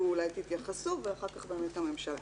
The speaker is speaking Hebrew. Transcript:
אולי תתייחסו ואחר כך באמת הממשלה.